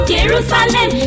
Jerusalem